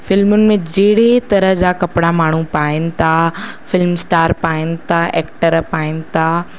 फ़िल्मुनि में जहिड़ी तरह जा कपिड़ा माण्हू पाइन था फ़िल्म स्टार पाइन था एक्टर पाइन था